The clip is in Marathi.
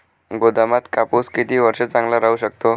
गोदामात कापूस किती वर्ष चांगला राहू शकतो?